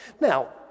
Now